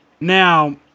Now